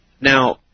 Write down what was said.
now